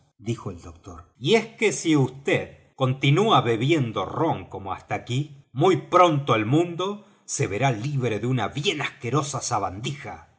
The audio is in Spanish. dijo el doctor y es que si vd continúa bebiendo rom como hasta aquí muy pronto el mundo se verá libre de una bien asquerosa sabandija